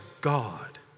God